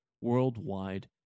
worldwide